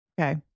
Okay